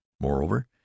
Moreover